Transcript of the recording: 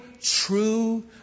true